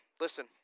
listen